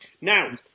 Now